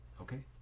okay